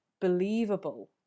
believable